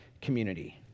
community